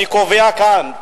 אני קובע כאן,